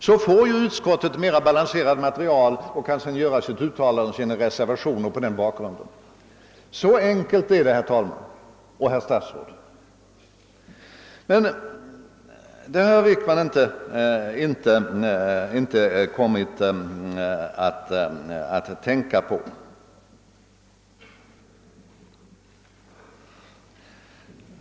Därigenom får utskottet ett mera balanserat material och kan göra sina uttalanden och reservationer mot den bakgrunden. Så enkelt är det, herr talman och herr statsråd, men det har herr Wickman inte kommit att tänka på.